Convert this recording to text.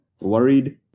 worried